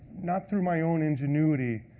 not through my own ingenuity,